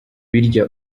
birya